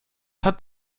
hat